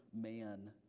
man